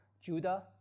Judah